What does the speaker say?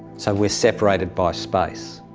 so we are separated by space.